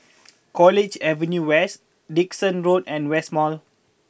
College Avenue West Dickson Road and West Mall